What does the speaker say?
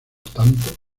tanto